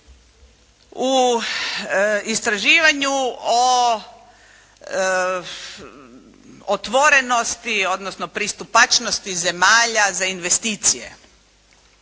u istraživanju o otvorenosti, odnosno pristupačnosti zemalja za investicije,